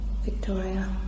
Victoria